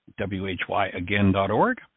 whyagain.org